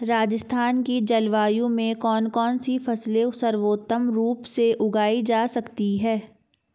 राजस्थान की जलवायु में कौन कौनसी फसलें सर्वोत्तम रूप से उगाई जा सकती हैं?